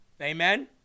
Amen